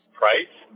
price